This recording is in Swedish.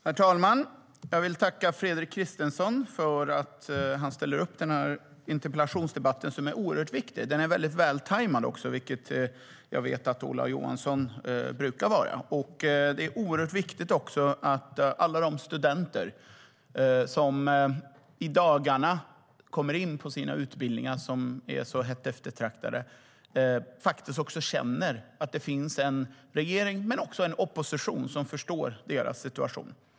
Herr talman! Jag vill tacka Fredrik Christensson för att han ställer upp i den här interpellationsdebatten som är oerhört viktig. Den är vältajmad också, vilket jag vet att Ola Johansson brukar vara. Det är oerhört viktigt att alla de studenter som i dagarna kommer in på sina hett eftertraktade utbildningar känner att det finns en regering och också en opposition som förstår deras situation.